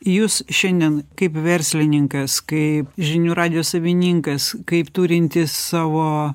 jūs šiandien kaip verslininkas kaip žinių radijo savininkas kaip turintis savo